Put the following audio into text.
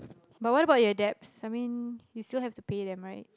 but what about your debts I mean you still have to pay them right